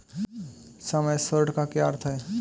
सम assured का क्या अर्थ है?